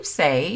say